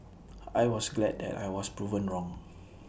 I was glad that I was proven wrong